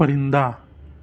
پرندہ